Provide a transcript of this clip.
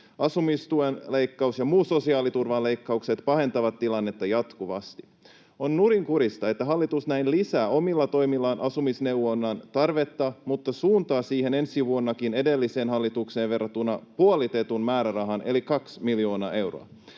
Asumistuen leikkaus ja muut sosiaaliturvaleikkaukset pahentavat tilannetta jatkuvasti. On nurinkurista, että hallitus näin lisää omilla toimillaan asumisneuvonnan tarvetta mutta suuntaa siihen ensi vuonnakin edelliseen hallitukseen verrattuna puolitetun määrärahan eli kaksi miljoonaa euroa.